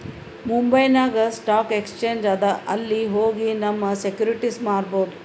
ಮುಂಬೈನಾಗ್ stock exchange ಅದಾ ಅಲ್ಲಿ ಹೋಗಿ ನಮ್ ಸೆಕ್ಯೂರಿಟಿಸ್ ಮಾರ್ಬೊದ್